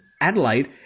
Adelaide